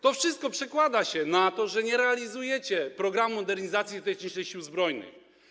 To wszystko przekłada się na to, że nie realizujecie programu modernizacji tej części Sił Zbrojnych.